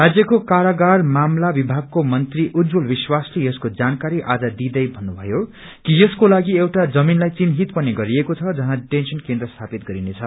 राज्यको कारागार मामला विभगको मंत्री उज्जवल विश्वासले यसको जानकारी आज दिँदै भन्नुभयो कि यसकोलागि एउटा जमीनलाई चिन्हित पनि गरिएको छ जहाँ डिटेंशन् केन्द्र स्थापित गरिनेछ